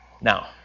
now